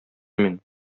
мин